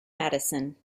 madison